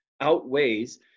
outweighs